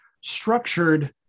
structured